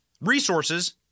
resources